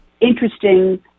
interesting